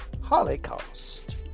Holocaust